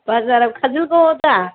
बाजाराव काजोलगावआव दा